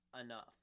enough